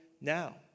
now